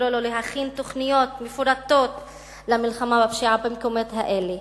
לקרוא לו להכין תוכניות מפורטות למלחמה בפשיעה במקומות האלה.